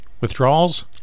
Withdrawals